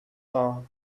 war